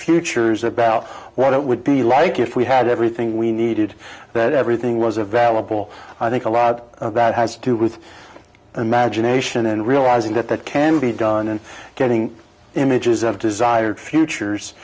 futures about what it would be like if we had everything we needed that everything was a valid will i think a lot of that has to do with imagination and realizing that that can be done and getting images of desired futures